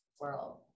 world